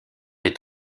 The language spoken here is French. est